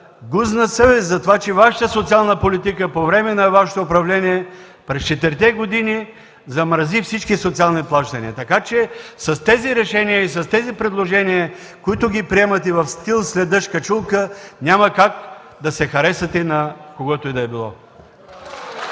гузна съвест, затова че социалната Ви политика по време на Вашето управление през четирите години замрази всички социални плащания. Така че с тези решения и с тези предложения, които приемате в стил: „След дъжд качулка!”, няма как да се харесате на когото и да било.